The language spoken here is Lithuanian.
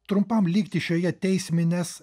trumpam likti šioje teisminės